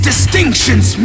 Distinction's